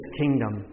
kingdom